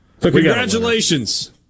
Congratulations